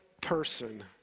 person